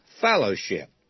fellowship